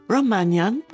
Romanian